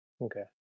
Okay